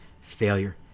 failure